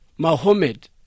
Mohammed